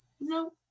No